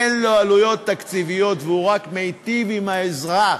אין לו עלויות תקציביות והוא רק מטיב עם האזרח.